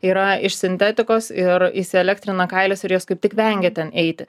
yra iš sintetikos ir įsielektrina kailis ir jos kaip tik vengia ten eiti